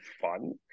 fun